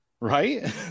right